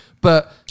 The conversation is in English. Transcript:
but-